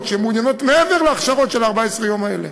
שמעוניינות מעבר להכשרות של 14 היום האלה